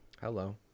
Hello